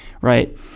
right